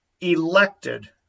elected